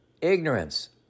ignorance